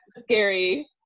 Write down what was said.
scary